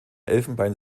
elfenbein